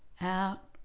Out